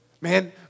Man